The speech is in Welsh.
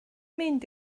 mynd